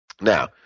Now